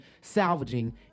salvaging